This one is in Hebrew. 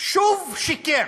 ושוב שיקר.